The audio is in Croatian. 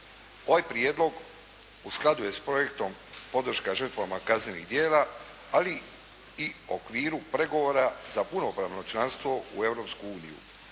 Ovaj prijedlog u skladu je s projektom "Podrška žrtvama kaznenih djela", ali i okviru pregovora za punopravno članstvo u